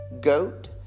Goat